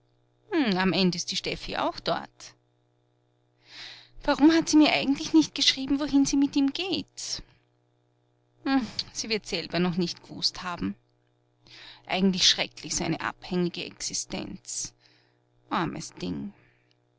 am end ist die steffi auch dort warum hat sie mir eigentlich nicht geschrieben wohin sie mit ihm geht sie wird's selber noch nicht gewußt haben eigentlich schrecklich so eine abhängige existenz armes ding